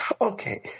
Okay